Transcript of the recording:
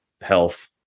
health